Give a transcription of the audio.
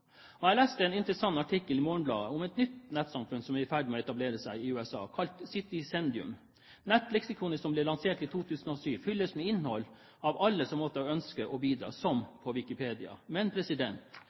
Jeg leste en interessant artikkel i Morgenbladet om et nytt nettsamfunn som er i ferd med å etablere seg i USA, kalt Citizendium. Nettleksikonet, som ble lansert i 2007, fylles med innhold av alle som måtte ønske å bidra,